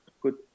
good